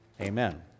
Amen